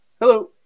Hello